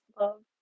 love